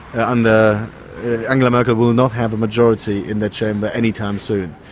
and and angela merkel will and not have a majority in that chamber anytime soon.